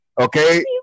okay